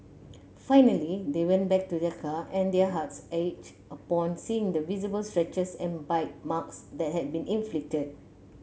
finally they went back to their car and their hearts ached upon seeing the visible scratches and bite marks that had been inflicted